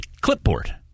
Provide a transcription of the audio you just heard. clipboard